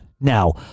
Now